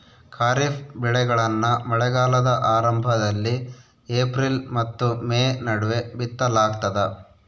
ಖಾರಿಫ್ ಬೆಳೆಗಳನ್ನ ಮಳೆಗಾಲದ ಆರಂಭದಲ್ಲಿ ಏಪ್ರಿಲ್ ಮತ್ತು ಮೇ ನಡುವೆ ಬಿತ್ತಲಾಗ್ತದ